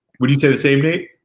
would you say the same nate?